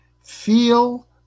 Feel